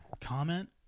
Comment